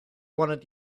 wanted